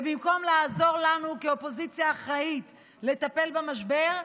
ובמקום לעזור לנו, כאופוזיציה אחראית, לטפל במשבר,